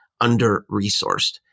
under-resourced